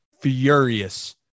furious